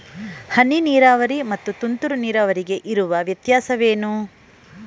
ಹನಿ ನೀರಾವರಿ ಮತ್ತು ತುಂತುರು ನೀರಾವರಿಗೆ ಇರುವ ವ್ಯತ್ಯಾಸವೇನು?